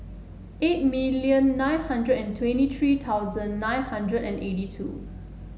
eight million nine hundred and twenty three thousand nine hundred and eighty two